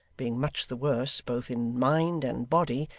being much the worse, both in mind and body,